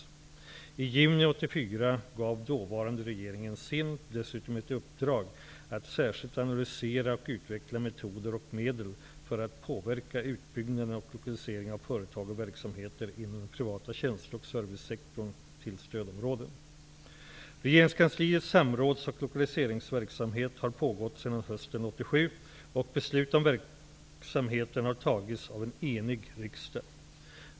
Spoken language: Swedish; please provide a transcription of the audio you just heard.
I juni 1984 gav dåvarande regeringen SIND dessutom ett uppdrag att ''särskilt analysera och utveckla metoder och medel för att påverka utbyggnaden och lokaliseringen av företag och verksamheter inom den privata tjänste och servicesektorn till stödområden''. Regeringskansliets samråds och lokaliseringsverksamhet har pågått sedan hösten 1987, och beslut om verksamheten har fattats av en enig riksdag.